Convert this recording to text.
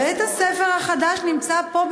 בית-הספר החדש נמצא פה,